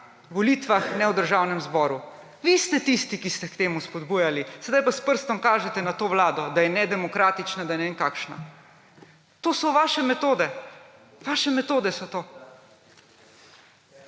na volitvah, ne v Državnem zboru. Vi ste tisti, ki ste k temu spodbujali, sedaj pa s prstom kažete na to vlado, da je nedemokratična, da je ne vem kakšna. To so vaše metode. Vaše metode so to.